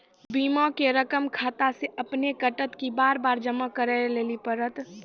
बीमा के रकम खाता से अपने कटत कि बार बार जमा करे लेली पड़त?